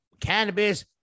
cannabis